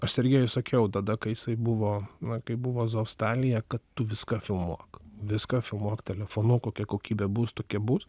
aš sergiejui sakiau tada kai jisai buvo na kai buvo azovstalyje kad tu viską filmuok viską filmuok telefonu kokia kokybė bus tokia bus